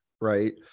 right